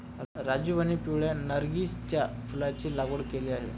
राजीवने पिवळ्या नर्गिसच्या फुलाची लागवड केली आहे